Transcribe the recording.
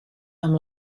amb